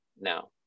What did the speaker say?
now